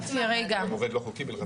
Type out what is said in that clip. זה גם עובד לא חוקי בכלל.